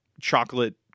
chocolate